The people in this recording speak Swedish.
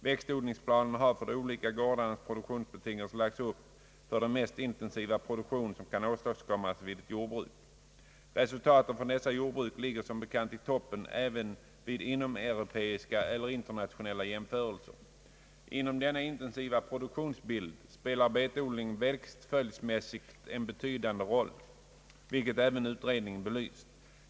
Växtodlingsplanen har från de olika gårdarnas produktionsbetingelser lagts upp för den mest intensiva produktion som kan åstadkommas vid ett jordbruk, Resultaten från dessa jordbruk ligger som bekant i toppen även vid inomeuropeiska eller internationella jämförelser. Inom denna intensiva produktionsbild spelar betodlingen växtföljdsmässigt en betydande roll, vilket även utredningen belyst.